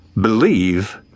believe